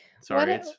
sorry